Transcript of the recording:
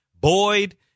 Boyd